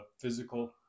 physical